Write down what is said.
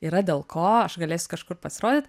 yra dėl ko aš galėsiu kažkur pasirodyt